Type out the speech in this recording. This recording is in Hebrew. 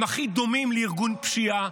הם הכי דומים לארגון פשיעה.